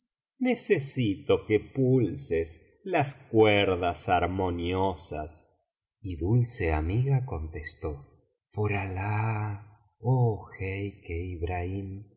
necesito que pulses las cuerdas armoniosas y dulce amiga contestó por alah oh